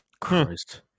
Christ